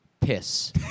piss